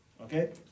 Okay